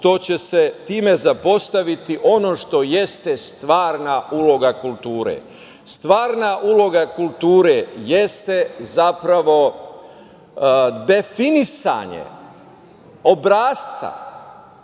što će se time zapostaviti ono što jeste stvarna uloga kulture. Stvarna uloga kulture jeste zapravo definisanje obrasca,